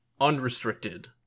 unrestricted